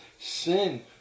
sin